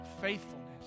faithfulness